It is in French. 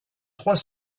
trois